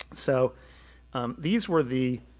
so these were the